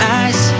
eyes